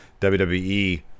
WWE